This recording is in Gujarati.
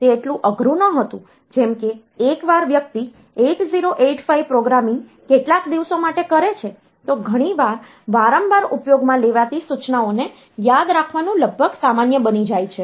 તે એટલું અઘરું નહોતું જેમ કે એકવાર વ્યક્તિ 8085 પ્રોગ્રામિંગ કેટલાક દિવસો માટે કરે છે તો ઘણી વાર વારંવાર ઉપયોગમાં લેવાતી સૂચનાઓને યાદ રાખવાનું લગભગ સામાન્ય બની જાય છે